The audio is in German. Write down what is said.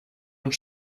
und